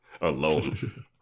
alone